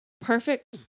Perfect